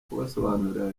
kubasobanurira